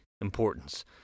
importance